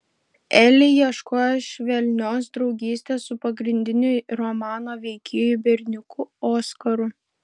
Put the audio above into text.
eli ieško švelnios draugystės su pagrindiniu romano veikėju berniuku oskaru